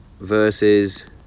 versus